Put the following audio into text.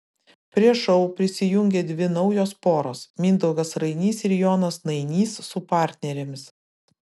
prie šou prisijungė dvi naujos poros mindaugas rainys ir jonas nainys su partnerėmis